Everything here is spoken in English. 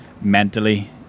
mentally